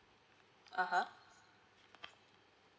(uh huh)